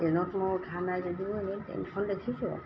ট্ৰেইনত মই উঠা নাই যদিও ট্ৰেইনখন দেখিছোঁ